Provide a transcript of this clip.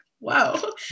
Wow